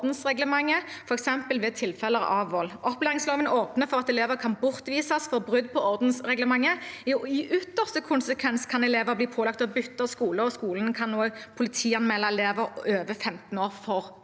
f.eks. ved tilfeller av vold. Opplæringsloven åpner for at elever kan bortvises ved brudd på ordensreglementet. I ytterste konsekvens kan elever bli pålagt å bytte skole, og skolen kan også politianmelde elever over 15 år for